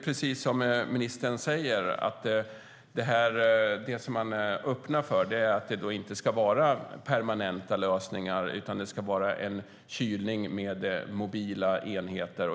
Precis som ministern säger öppnar man för att det inte ska vara permanenta lösningar utan kylning med mobila enheter.